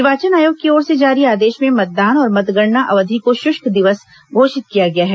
निर्वाचन आयोग की ओर से जारी आदेश में मतदान और मतगणना अवधि को शृष्क दिवस घोषित किया गया है